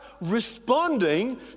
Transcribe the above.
responding